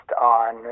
on